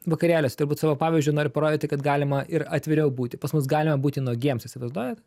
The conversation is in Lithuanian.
vakarėliuose turbūt savo pavyzdžiu noriu parodyti kad galima ir atviriau būti pas mus galima būti nuogiems įsivaizduojat